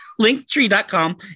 linktree.com